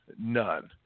none